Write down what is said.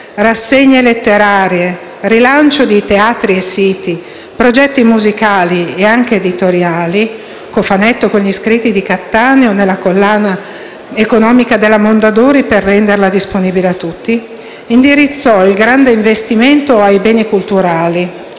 rassegne letterarie, rilancio di teatri e siti, progetti musicali e anche editoriali: cofanetto con gli scritti di Cattaneo nella collana economica della Mondadori per renderla disponibile a tutti), indirizzò il grande investimento ai Beni culturali,